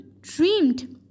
dreamed